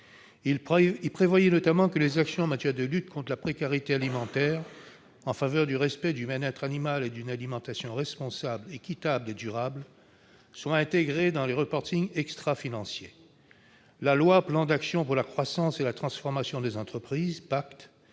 Il prévoyait notamment que les actions en matière de lutte contre la précarité alimentaire et en faveur du respect du bien-être animal et d'une alimentation responsable, équitable et durable soient intégrées dans le extrafinancier. Le projet de loi relatif à la croissance et la transformation des entreprises, dit